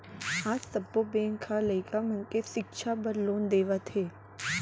आज सब्बो बेंक ह लइका मन के सिक्छा बर लोन देवत हे